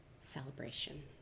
celebration